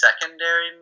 secondary